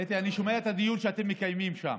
אתי, אני שומע את הדיון שאתם מקיימים שם